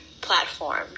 platform